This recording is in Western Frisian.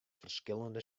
ferskillende